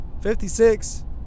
56